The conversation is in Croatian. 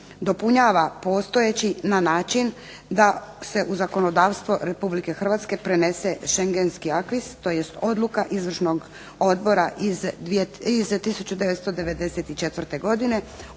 dopunjava postojeći na način da se u zakonodavstvo Republike Hrvatske prenese Shengenski aquis, tj. odluka izvršnog odbora iz 1994. godine